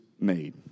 made